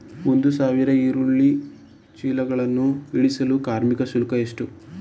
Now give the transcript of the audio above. ಒಂದು ಸಾವಿರ ಈರುಳ್ಳಿ ಚೀಲಗಳನ್ನು ಇಳಿಸಲು ಕಾರ್ಮಿಕರ ಶುಲ್ಕ ಎಷ್ಟು?